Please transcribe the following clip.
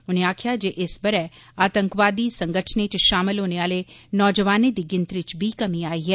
उनें आक्खेया जे इस बरे आतंकवाद संगठनें इच शामिल होने आहले नौजवानें दी गिनतरी इच बी कमी आई ऐ